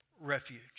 Refuge